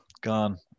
gone